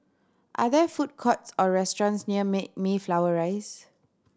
are there food courts or restaurants near May Mayflower Rise